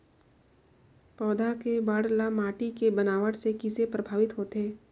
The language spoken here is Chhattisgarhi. पौधा के बाढ़ ल माटी के बनावट से किसे प्रभावित होथे?